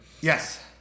yes